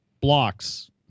blocks